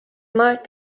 might